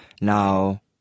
Now